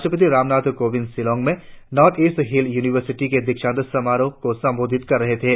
राष्ट्रपति रामनाथ कोविंद शिलॉग में north eastern hill university के दीक्षांत समारोह को संबोधित कर रहे थे